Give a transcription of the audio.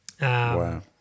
Wow